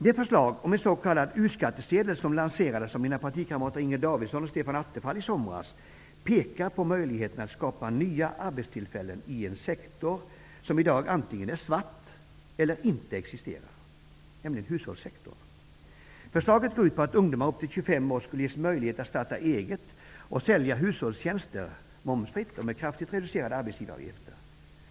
Det förslag om en s.k. u-skattsedel som lanserades av mina partikamrater Inger Davidsson och Stefan Attefall i somras, pekar på möjligheten att skapa nya arbetstillfällen i en sektor som i dag antingen är ''svart'' eller inte existerar, nämligen hushållssektorn. Förslaget går ut på att ungdomar upp till 25 år skulle ges möjlighet att starta eget och sälja hushållstjänster momsfritt och med kraftigt reducerade arbetsgivaravgifter.